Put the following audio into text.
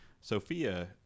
Sophia